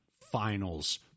finals